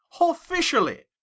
officially